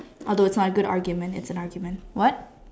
although it's not a good argument it's an argument what